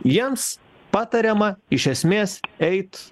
jiems patariama iš esmės eit